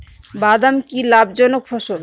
বাদাম কি লাভ জনক ফসল?